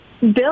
Bill